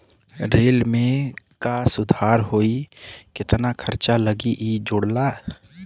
rail में का सुधार होई केतना खर्चा लगी इ जोड़ला